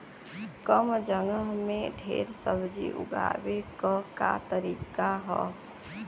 कम जगह में ढेर सब्जी उगावे क का तरीका ह?